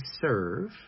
serve